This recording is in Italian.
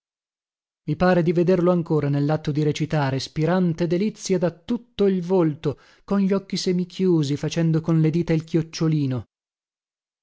i pare di vederlo ancora nellatto di recitare spirante delizia da tutto il volto con gli occhi semichiusi facendo con le dita il chiocciolino